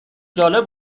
جالب